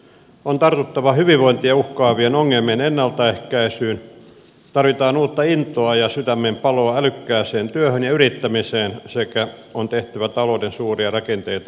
on tartuttava hyvinvointia uhkaavien ongelmien ennaltaehkäisyyn tarvitaan uutta intoa ja sydämenpaloa älykkääseen työhön ja yrittämiseen sekä on tehtävä talouden suuria rakenteita ohjaavia päätöksiä